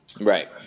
Right